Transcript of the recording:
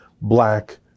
black